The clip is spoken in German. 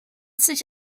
sich